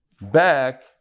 back